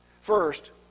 First